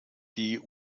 die